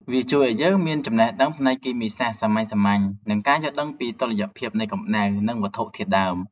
វាជួយឱ្យយើងមានចំណេះដឹងផ្នែកគីមីសាស្ត្រសាមញ្ញៗ និងការយល់ដឹងពីតុល្យភាពនៃកម្ដៅ និងវត្ថុធាតុដើម។